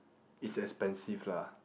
is expensive lah